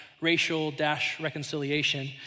racial-reconciliation